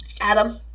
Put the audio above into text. Adam